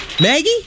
Maggie